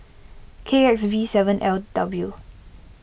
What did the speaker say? K X V seven L W